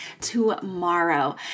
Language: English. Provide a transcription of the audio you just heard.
tomorrow